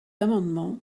amendement